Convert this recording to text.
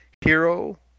hero